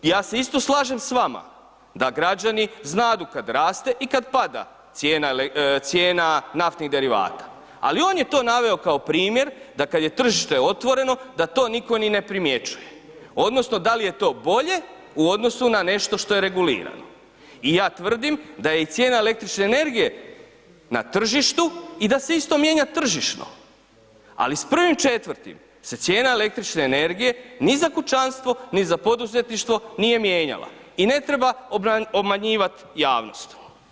Ja se isto slažem s vama da građani znadu kad raste cijena naftnih derivata ali on je to naveo kao primjer da kad je tržište otvoreno, da to nitko ni ne primjećuje odnosno da li je to bolje u odnosu na nešto što je regulirano i ja tvrdim daje i cijena električne energije na tržištu i da isto mijenja tržišno ali s 1. 4. se cijena električne energije ni za kućanstvo ni za poduzetništvo nije mijenjala i ne treba obmanjivat javnost.